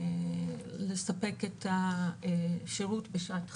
כדי לספק את השירות בשעת חירום.